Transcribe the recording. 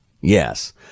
Yes